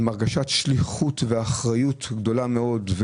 עם הרגשת שליחות ואחריות גדולה מאוד.